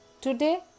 today